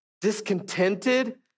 discontented